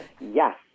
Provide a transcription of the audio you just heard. Yes